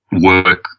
work